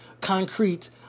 concrete